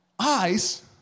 eyes